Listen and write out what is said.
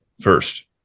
first